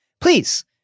Please